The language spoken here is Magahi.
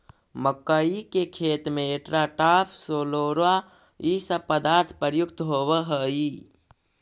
मक्कइ के खेत में एट्राटाफ, सोलोरा इ सब पदार्थ प्रयुक्त होवऽ हई